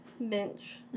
Bench